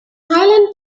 highland